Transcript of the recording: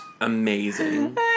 amazing